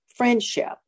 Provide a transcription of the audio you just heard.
Friendship